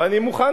ואני מוכן,